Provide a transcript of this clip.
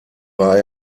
war